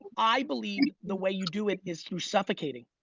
i believe the way you do it is through suffocating.